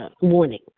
warning